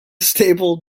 stable